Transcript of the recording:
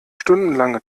stundenlange